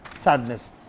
sadness